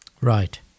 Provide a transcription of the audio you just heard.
Right